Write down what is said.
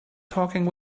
talking